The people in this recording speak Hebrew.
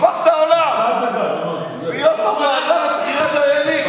הוא הפך את העולם כדי להיות בוועדה לבחירת דיינים.